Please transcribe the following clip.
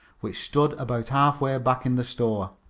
which stood about half way back in the store.